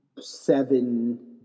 seven